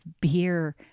beer